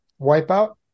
Wipeout